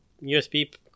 USB